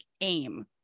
aim